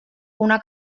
una